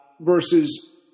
versus